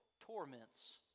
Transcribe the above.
torments